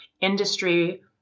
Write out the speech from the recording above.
industry